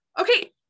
Okay